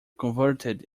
converted